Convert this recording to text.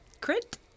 Crit